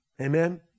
Amen